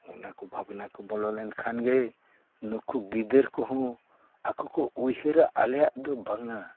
ᱚᱱᱟᱠᱚ ᱵᱷᱟᱵᱽᱱᱟ ᱠᱚ ᱵᱚᱞ ᱞᱮᱱᱠᱷᱟᱱ ᱜᱮ ᱱᱩᱠᱩ ᱜᱤᱫᱟᱹᱨ ᱠᱚᱦᱚᱸ ᱟᱠᱚ ᱠᱚ ᱩᱭᱦᱟᱹᱨᱟ ᱟᱞᱮᱭᱟᱜ ᱫᱚ ᱵᱟᱝᱼᱟ